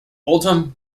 oldham